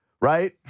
right